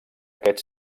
aquest